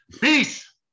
Peace